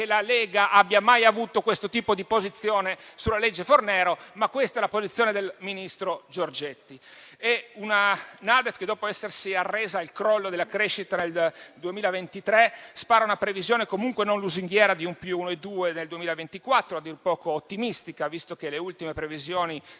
la Lega abbia mai avuto questo tipo di posizione sulla legge Fornero, ma questa è la posizione del ministro Giorgetti. È una NADEF che, dopo essersi arresa al crollo della crescita del 2023, spara una previsione comunque non lusinghiera di un +1,2 per cento del 2024, a dir poco ottimistica, visto che le ultime previsioni